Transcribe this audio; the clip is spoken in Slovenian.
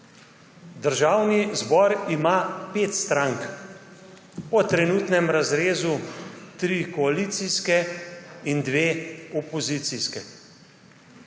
Državni zbor ima pet strank, po trenutnem razrezu tri koalicijske in dve opozicijski.